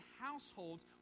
households